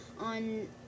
on